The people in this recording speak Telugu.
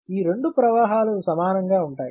ఈ రెండు ప్రవాహాలు సమానంగా ఉంటాయి